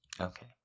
Okay